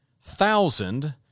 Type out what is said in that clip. thousand